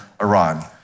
Iran